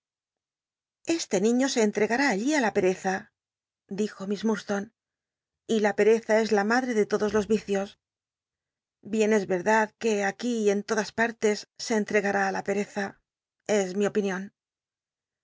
le niño se entregará allí ti la pceza dijo miss llll lslone y la pe'cza es la m ulrc de todo los yieios bien es yerdad que aquí en todas partes se entegará ti la pereza es mi opinion